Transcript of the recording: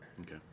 Okay